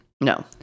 No